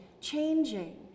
changing